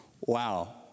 wow